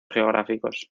geográficos